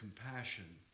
compassion